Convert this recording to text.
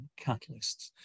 catalysts